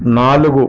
నాలుగు